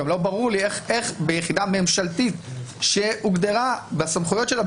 גם לא ברור לי איך ביחידה ממשלתית שהוגדרה בסמכויות שלה,